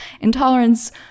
Intolerance